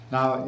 Now